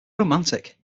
romantic